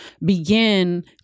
begin